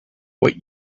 what